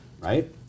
right